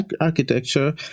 architecture